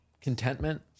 Contentment